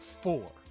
four